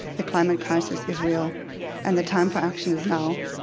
the climate crisis is real and the time for action is now.